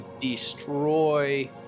destroy